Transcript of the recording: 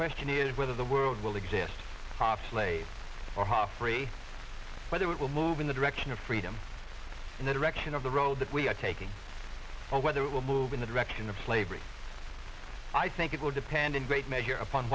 question is whether the world will exist prop slaves or free whether it will move in the direction of freedom in the direction of the road that we are taking or whether it will move in the direction of slavery i think it will depend in great measure upon